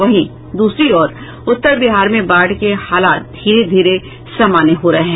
वहीं दूसरी ओर उत्तर बिहार में बाढ़ के हालात धीरे धीरे सामान्य हो रहे हैं